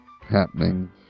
happening